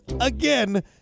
again